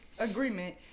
Agreement